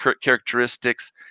characteristics